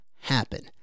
happen